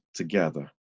together